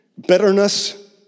bitterness